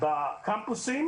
בקמפוסים